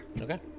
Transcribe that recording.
okay